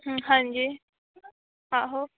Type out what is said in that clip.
हां जी आहो